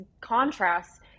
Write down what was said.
contrasts